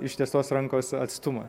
ištiestos rankos atstumą